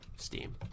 steam